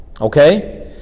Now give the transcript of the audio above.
Okay